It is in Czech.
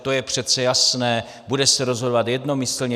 To je přece jasné, bude se rozhodovat jednomyslně.